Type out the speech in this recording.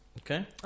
okay